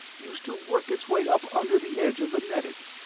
used to work its way up under the edge of the netting.